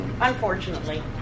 Unfortunately